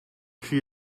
she